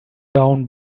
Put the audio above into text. down